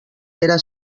era